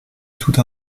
toute